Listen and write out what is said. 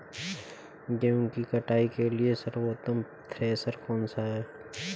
गेहूँ की कुटाई के लिए सर्वोत्तम थ्रेसर कौनसा है?